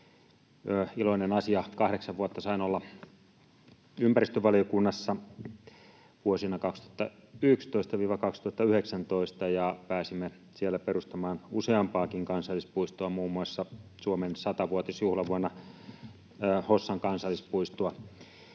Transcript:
iloinen asia. Kahdeksan vuotta sain olla ympäristövaliokunnassa vuosina 2011—2019, ja pääsimme siellä perustamaan useampaakin kansallispuistoa, muun muassa Suomen 100-vuotisjuhlavuonna Hossan kansallispuistoa.